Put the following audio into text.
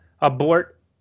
abort